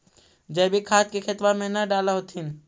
जैवीक खाद के खेतबा मे न डाल होथिं?